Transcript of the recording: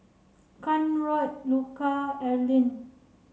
Conrad Luca Erline